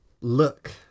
look